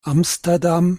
amsterdam